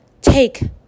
take